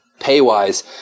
pay-wise